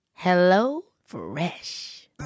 HelloFresh